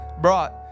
brought